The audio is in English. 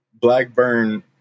blackburn